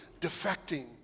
defecting